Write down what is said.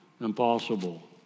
impossible